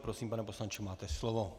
Prosím, pane poslanče, máte slovo.